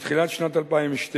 מתחילת שנת 2012,